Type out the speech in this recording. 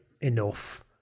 enough